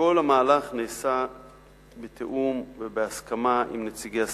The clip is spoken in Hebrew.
כל המהלך נעשה בתיאום ובהסכמה עם נציגי הסטודנטים.